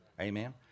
Amen